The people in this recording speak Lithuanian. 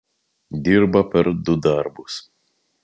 dirba per du darbus